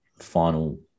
final